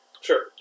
Sure